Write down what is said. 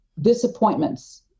disappointments